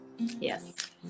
Yes